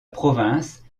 province